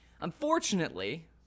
unfortunately